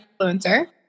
influencer